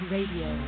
Radio